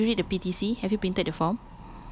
oh ya anyway did you read the P_T_C have you printed the form